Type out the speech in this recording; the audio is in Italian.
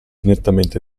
nettamente